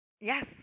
yes